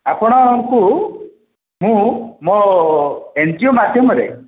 ଆପଣଙ୍କୁ ମୁଁ ମୋ ଏନ୍ ଜି ଓ